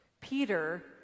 Peter